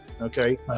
Okay